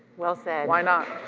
well said. why not?